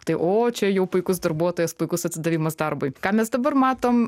tai o čia jau puikus darbuotojas puikus atsidavimas darbui ką mes dabar matom